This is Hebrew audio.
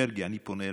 ומרגי, אני פונה אליך,